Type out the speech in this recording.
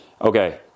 okay